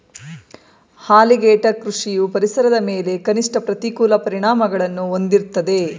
alligator ಕೃಷಿಯು ಪರಿಸರದ ಮೇಲೆ ಕನಿಷ್ಠ ಪ್ರತಿಕೂಲ ಪರಿಣಾಮಗಳನ್ನು ಹೊಂದಿರ್ತದೆ